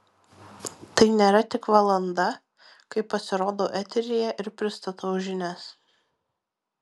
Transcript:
tai nėra tik valanda kai pasirodau eteryje ir pristatau žinias